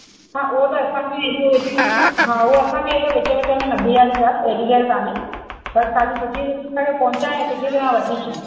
हा उहा त असां बि एॾो विच विच हा उहा असां बि विच विच में ॿीहारींदा एॾी ॻाल्हि काने बसि खाली सुठी तरह पहुचाए सुठी तरह वठी अचे